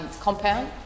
compound